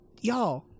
Y'all